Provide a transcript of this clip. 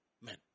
men